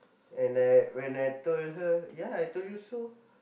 and I when I told her ya I told you so